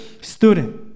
student